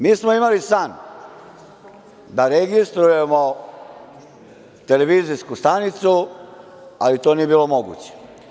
Mi smo imali san da registrujemo televizijsku stanicu, ali to nije bilo moguće.